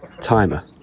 Timer